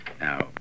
Now